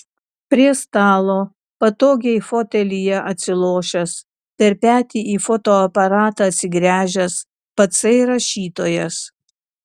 prie stalo patogiai fotelyje atsilošęs per petį į fotoaparatą atsigręžęs patsai rašytojas